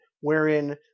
wherein